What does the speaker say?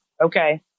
Okay